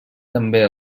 també